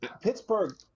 Pittsburgh